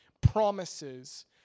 promises